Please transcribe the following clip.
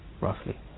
roughly